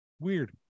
Weird